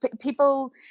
people